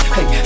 Hey